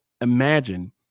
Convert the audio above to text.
imagine